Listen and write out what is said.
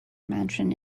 mansion